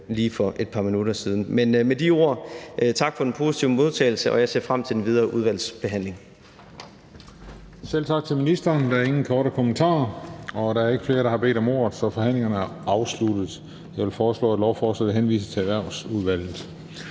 lige for et par minutter siden. Med de ord vil jeg sige tak for den positive modtagelse. Og jeg ser frem til den videre udvalgsbehandling. Kl. 15:51 Den fg. formand (Christian Juhl): Selv tak til ministeren. Der er ingen kommentarer. Der er ikke flere, der har bedt om ordet, så forhandlingen er afsluttet. Jeg vil foreslå, at lovforslaget henvises til Erhvervsudvalget.